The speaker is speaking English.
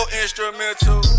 instrumental